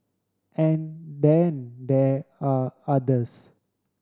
and then there are others